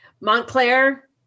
Montclair